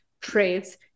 traits